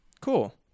cool